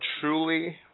truly